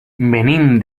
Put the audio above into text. venim